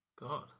God